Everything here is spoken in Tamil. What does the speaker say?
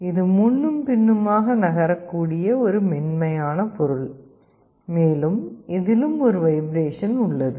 இது முன்னும் பின்னுமாக நகரக்கூடிய ஒரு மென்மையான பொருள் மேலும் இதிலும் ஒரு வைப்ரேஷன் உள்ளது